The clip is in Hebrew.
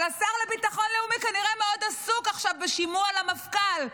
אבל השר לביטחון לאומי כנראה מאוד עסוק עכשיו בשימוע למפכ"ל.